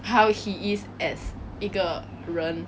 how he is as 一个人